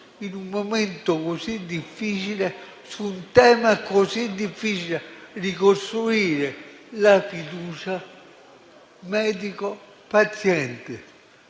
in un momento così difficile, su un tema così difficile come ricostruire la fiducia fra medico e paziente,